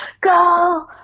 go